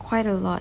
quite a lot